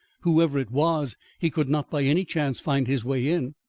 whoever it was, he could not by any chance find his way in.